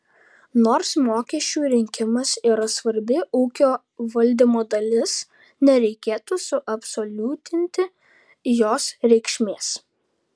nors mokesčių rinkimas yra svarbi ūkio valdymo dalis nereikėtų suabsoliutinti jos reikšmės